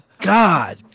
God